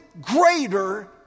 greater